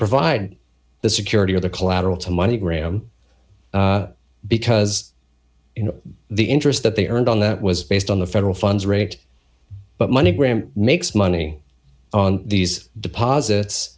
provide the security or the collateral to money gram because the interest that they earned on that was based on the federal funds rate but money gram makes money on these deposits